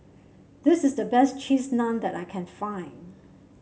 this is the best Cheese Naan that I can find